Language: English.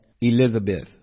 Elizabeth